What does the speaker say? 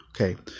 Okay